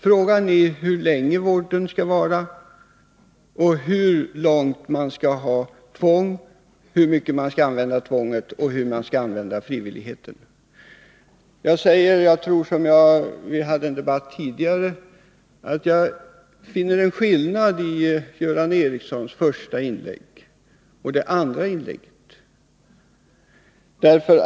Frågan är hur länge vården skall pågå, i vilken utsträckning man skall använda tvång och hur man skall använda tvång och frivillighet. Vi hade en debatt tidigare, och där sade jag att jag finner en skillnad mellan Göran Ericssons första inlägg och hans andra inlägg.